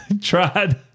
Tried